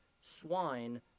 swine